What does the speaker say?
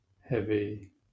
heavy